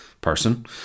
person